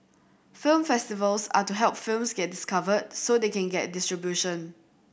film festivals are to help films get discovered so they can get distribution